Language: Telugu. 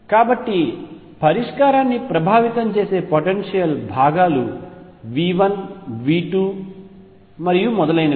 కాబట్టి పరిష్కారాన్ని ప్రభావితం చేసే పొటెన్షియల్ భాగాలు v 1 v 2 మరియు మొదలైనవి